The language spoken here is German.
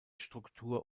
struktur